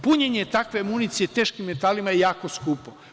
Punjenje takve municije teškim metalima je jako skupo.